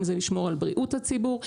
אם זה לשמור על בריאות הציבור,